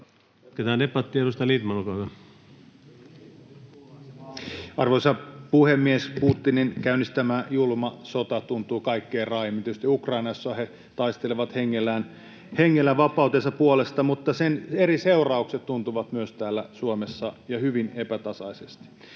Jatketaan debattia. — Edustaja Lindtman, olkaa hyvä. Arvoisa puhemies! Putinin käynnistämä julma sota tuntuu kaikkein raaimmin tietysti Ukrainassa. He taistelevat hengellään vapautensa puolesta, mutta sen eri seuraukset tuntuvat myös täällä Suomessa ja hyvin epätasaisesti.